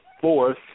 Fourth